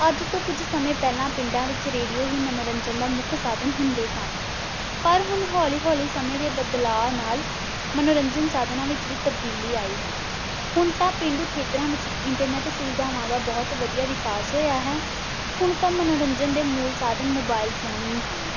ਅੱਜ ਤੋਂ ਕੁਝ ਸਮੇਂ ਪਹਿਲਾਂ ਪਿੰਡਾਂ ਵਿੱਚ ਰੇਡੀਓ ਹੀ ਮਨੋਰੰਜਨ ਦਾ ਮੁੱਖ ਸਾਧਨ ਹੁੰਦੇ ਸਨ ਪਰ ਹੁਣ ਹੌਲੀ ਹੌਲੀ ਸਮੇਂ ਦੇ ਬਦਲਾਅ ਨਾਲ ਮਨੋਰੰਜਨ ਸਾਧਨਾਂ ਵਿੱਚ ਵੀ ਤਬਦੀਲੀ ਆਈ ਹੈ ਹੁਣ ਤਾਂ ਪੇਂਡੂ ਖੇਤਰਾਂ ਵਿੱਚ ਇੰਟਰਨੈੱਟ ਸੁਵਿਧਾਵਾਂ ਦਾ ਬਹੁਤ ਵਧੀਆ ਵਿਕਾਸ ਹੋਇਆ ਹੈ ਹੁਣ ਤਾਂ ਮਨੋਰੰਜਨ ਦੇ ਮੂਲ ਸਾਧਨ ਮੋਬਾਇਲ ਫ਼ੋਨ ਵੀ ਹਨ